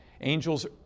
Angels